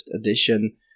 edition